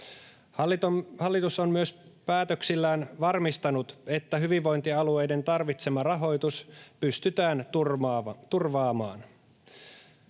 Hallitus on myös päätöksillään varmistanut, että hyvinvointialueiden tarvitsema rahoitus pystytään turvaamaan.